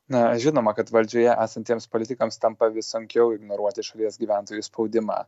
na žinoma kad valdžioje esantiems politikams tampa vis sunkiau ignoruoti šalies gyventojų spaudimą